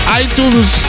iTunes